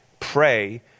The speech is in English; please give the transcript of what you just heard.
Pray